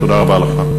תודה רבה לך.